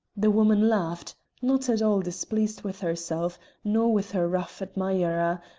the woman laughed, not at all displeased with herself nor with her rough admirer,